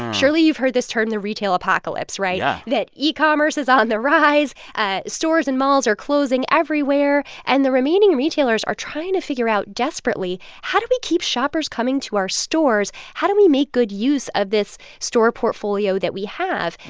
surely, you've heard this term the retail apocalypse, right? yeah that yeah e-commerce is on the rise ah stores in malls are closing everywhere. and the remaining retailers are trying to figure out, desperately, how do we keep shoppers coming to our stores? how do we make good use of this store portfolio that we have?